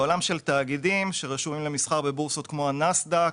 לעולם של תאגידים שרשומים למסחר בבורסות כמו הנאסד"ק,